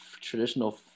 traditional